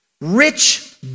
rich